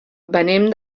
venim